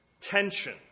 tension